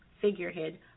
figurehead